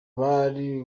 bari